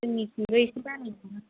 जोंनिथिंबो एसे बारायगोनदां